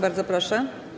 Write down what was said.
Bardzo proszę.